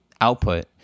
output